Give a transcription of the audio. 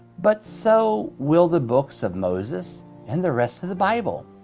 but so will the books of moses and the rest of the bible.